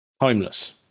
Homeless